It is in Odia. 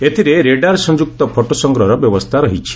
ଏଥିରେ ରେଡାର ସଂଯୁକ୍ତ ଫଟୋ ସଂଗ୍ରହର ବ୍ୟବସ୍ଥା ରହିଛି